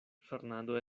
fernando